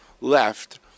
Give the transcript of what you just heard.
left